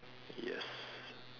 yes